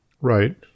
Right